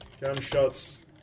Gunshots